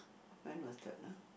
when was that ah